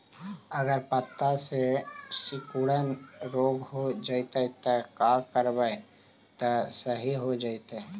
अगर पत्ता में सिकुड़न रोग हो जैतै त का करबै त सहि हो जैतै?